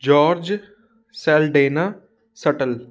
George Saldana shuttle